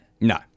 No